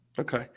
Okay